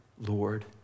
Lord